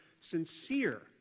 sincere